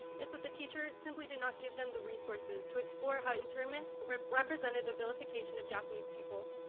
it's that the teacher simply did not give them the resources to explore how internment but represented the vilification of japanese people.